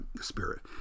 spirit